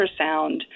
ultrasound